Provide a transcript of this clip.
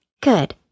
Good